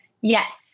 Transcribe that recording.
Yes